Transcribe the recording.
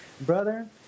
Brother